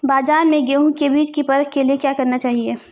बाज़ार में गेहूँ के बीज की परख के लिए क्या करना चाहिए?